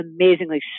amazingly